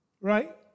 right